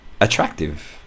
attractive